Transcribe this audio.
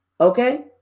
okay